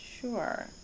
sure